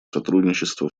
сотрудничества